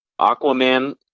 Aquaman